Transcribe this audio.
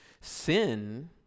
Sin